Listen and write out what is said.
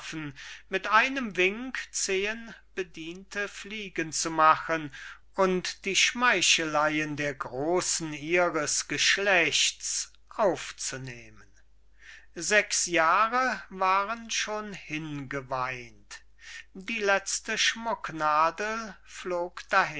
mit einem wink zehn bediente fliegen zu machen und die schmeicheleien der großen ihres geschlechts aufzunehmen sechs jahre waren schon hingeweint und die letzte schmucknadel flog